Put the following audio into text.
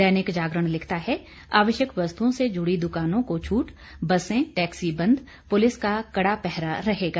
दैनिक जागरण लिखता है आवश्यक वस्तुओं से जुड़ी दुकानों को छूट बसें टैक्सी बंद पुलिस का कड़ा पहरा रहेगा